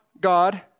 God